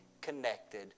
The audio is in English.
connected